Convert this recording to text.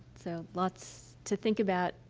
so lots to think about.